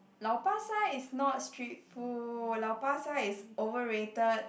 Lau-Pa-Sat is not street food Lau Pa Sat is overrated